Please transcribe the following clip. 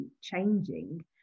changing